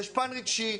יש פן רגשי,